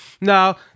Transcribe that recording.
Now